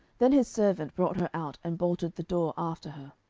then his servant brought her out, and bolted the door after her.